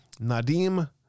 Nadim